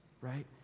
right